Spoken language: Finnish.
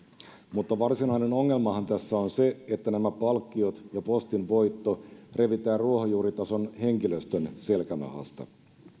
mutta varsinainen ongelmahan tässä on se että nämä palkkiot ja postin voitto revitään ruohonjuuritason henkilöstön selkänahasta